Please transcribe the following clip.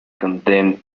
condemned